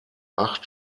acht